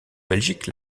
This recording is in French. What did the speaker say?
belgique